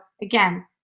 again